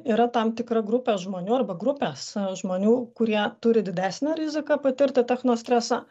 yra tam tikra grupė žmonių arba grupės žmonių kurie turi didesnę riziką patirti techno stresą